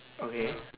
okay